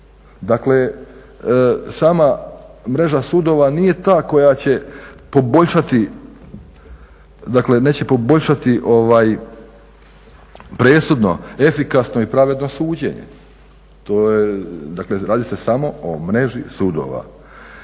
Dakle, sama mreža sudova nije ta koja će poboljšati, dakle neće poboljšati presudno, efikasno i pravedno suđenje. Dakle, radi se samo o mreži sudova.